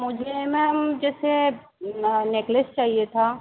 मुझे मैम जैसे नेकलेस चाहिए था